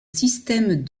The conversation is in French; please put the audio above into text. système